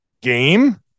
game